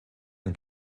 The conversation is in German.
ein